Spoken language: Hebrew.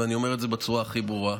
ואני אומר את זה בצורה הכי ברורה.